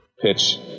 pitch